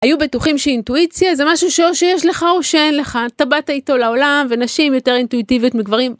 היו בטוחים שאינטואיציה זה משהו שיש לך או שאין לך. אתה באת איתו לעולם, ונשים יותר אינטואיטיביות מגברים...